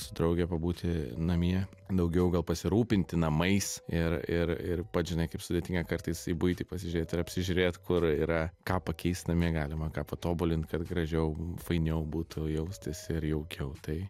su drauge pabūti namie daugiau gal pasirūpinti namais ir ir ir pats žinai kaip sudėtinga kartais į buitį pasižiūrėt ir apsižiūrėt kur yra ką pakeist namie galima ką patobulint kad gražiau fainiau būtų jaustis ir jaukiau tai